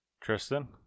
tristan